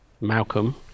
Malcolm